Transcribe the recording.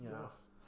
Yes